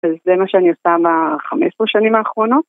‫אז זה מה שאני עושה ‫ב-15 שנים האחרונות.